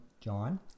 John